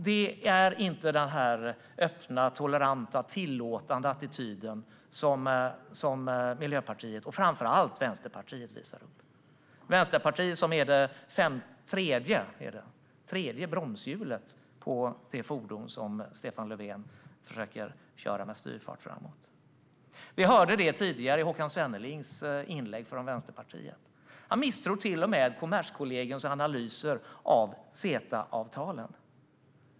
Det är inte den öppna, toleranta och tillåtande attityden som Miljöpartiet och framför allt Vänsterpartiet visar upp. Vänsterpartiet är det tredje bromshjulet på det fordon som Stefan Löfven försöker köra med styrfart framåt. Vi hörde detta tidigare i inlägget från Vänsterpartiets Håkan Svenneling. Han misstror till och med Kommerskollegiums analyser av CETA-avtalen.